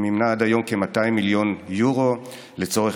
היא מימנה עד היום כ-200 מיליון יורו לצורך